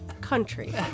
country